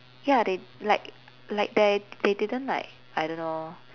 ya they like like there they didn't like I don't know